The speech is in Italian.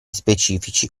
specifici